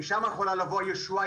משם יכולה לבוא הישועה,